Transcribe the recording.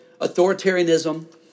authoritarianism